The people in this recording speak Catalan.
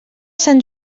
sant